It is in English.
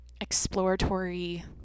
exploratory